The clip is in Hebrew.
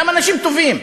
גם אנשים טובים,